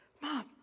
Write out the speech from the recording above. Mom